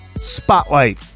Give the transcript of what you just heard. Spotlight